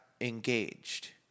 engaged